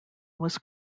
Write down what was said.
was